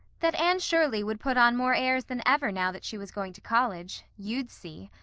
that anne shirley would put on more airs than ever now that she was going to college you'd see!